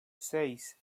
seis